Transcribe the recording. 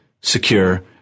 secure